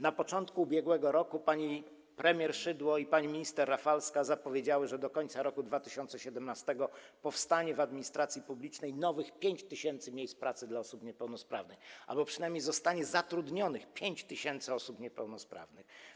Na początku ubiegłego roku pani premier Szydło i pani minister Rafalska zapowiedziały, że do końca roku 2017 powstanie w administracji publicznej 5 tys. nowych miejsc pracy dla osób niepełnosprawnych albo przynajmniej zostanie zatrudnionych 5 tys. osób niepełnosprawnych.